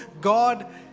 God